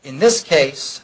in this case